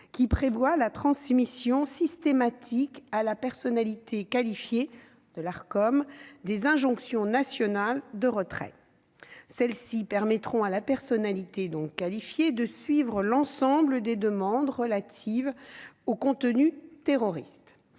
qui prévoient la transmission systématique à la personnalité qualifiée de l'Arcom des injonctions nationales de retrait. La personnalité qualifiée pourra ainsi suivre l'ensemble des demandes relatives aux contenus terroristes.